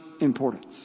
importance